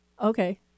Okay